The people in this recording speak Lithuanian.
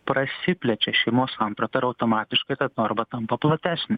prasiplečia šeimos samprata ir automatiškai ta norma tampa platesnė